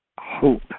hope